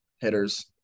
hitters